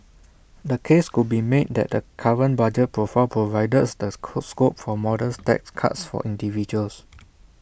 the case could be made that the current budget profile provides the scope for modest tax cuts for individuals